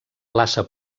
plaça